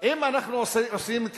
אם אנחנו עושים את